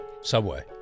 Subway